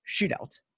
shootout